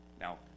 Now